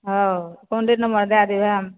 हँ